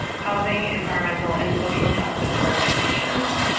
housing, environmental, and social justice organizations.